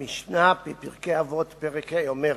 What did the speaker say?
המשנה, בפרקי אבות, פרק ה', אומרת: